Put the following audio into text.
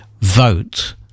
vote